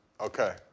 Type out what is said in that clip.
Okay